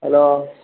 hello